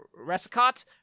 Resicott